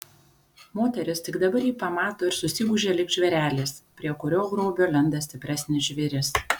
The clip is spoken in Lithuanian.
moteris tik dabar jį pamato ir susigūžia lyg žvėrelis prie kurio grobio lenda stipresnis žvėris